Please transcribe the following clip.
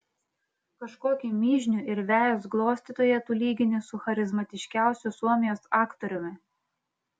kažkokį mižnių ir vejos glostytoją tu lygini su charizmatiškiausiu suomijos aktoriumi